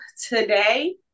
today